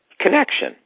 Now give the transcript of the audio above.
Connection